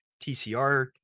TCR